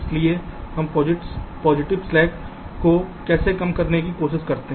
इसलिए हम positive slacks को कैसे कम करने की कोशिश कर रहे हैं